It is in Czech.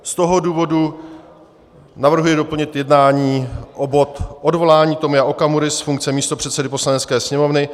Z toho důvodu navrhuji doplnit jednání o bod Odvolání Tomia Okamury z funkce místopředsedy Poslanecké sněmovny.